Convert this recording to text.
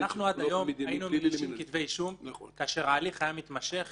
עד היום היינו מגישים כתבי אישום כאשר התהליך היה מתמשך